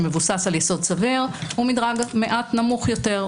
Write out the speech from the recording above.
שמבוסס על יסוד סביר הוא מדרג מעט נמוך יותר,